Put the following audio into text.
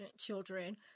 children